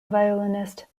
violinist